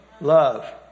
Love